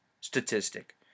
statistic